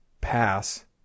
pass